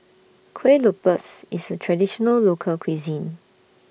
Kueh Lopes IS A Traditional Local Cuisine